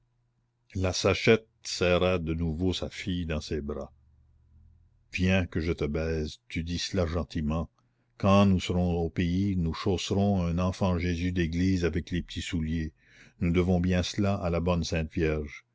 la sachette serra de nouveau sa fille dans ses bras viens que je te baise tu dis cela gentiment quand nous serons au pays nous chausserons un enfant jésus d'église avec les petits souliers nous devons bien cela à la bonne